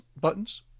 buttons